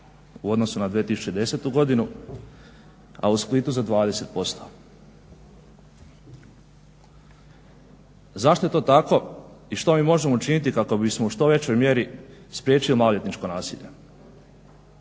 u odnosu na 2010.godinu, a u Splitu za 20%. Zašto je to tako i što mi možemo učiniti kako bismo u što većoj mjeri spriječili maloljetničko nasilje?